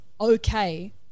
okay